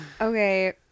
Okay